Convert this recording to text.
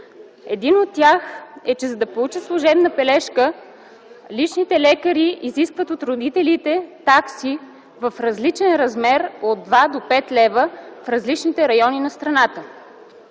Един от тях е че, за да получат служебна бележка, личните лекари изискват от родителите такси в различен размер от 2 до 5 лева в различните райони на страната.